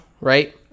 right